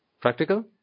Practical